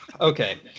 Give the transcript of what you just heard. Okay